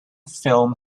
film